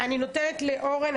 אני נותנת לאורן,